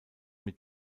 mit